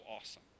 awesome